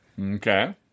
Okay